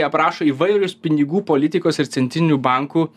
aprašo įvairius pinigų politikos ir centrinių bankų